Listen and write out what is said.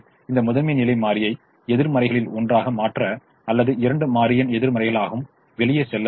எனவே இந்த முதன்மை நிலை மாறியை எதிர்மறைகளில் ஒன்றாக மாற்ற அல்லது இரண்டு மாறியின் எதிர்மறைகளும் வெளியே செல்ல வேண்டும்